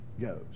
goes